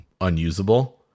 unusable